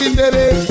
baby